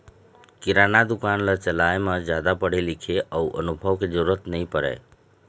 किराना दुकान ल चलाए म जादा पढ़े लिखे अउ अनुभव के जरूरत नइ परय